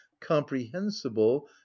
comprehensible